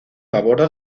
aborda